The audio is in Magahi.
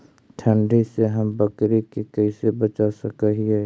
ठंडी से हम बकरी के कैसे बचा सक हिय?